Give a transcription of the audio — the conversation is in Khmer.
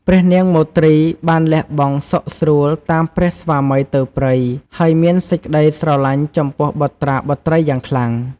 ព្រះនាងមទ្រីបានលះបង់សុខស្រួលតាមព្រះស្វាមីទៅព្រៃ ហើយមានសេចក្តីស្រឡាញ់ចំពោះបុត្រាបុត្រីយ៉ាងខ្លាំង។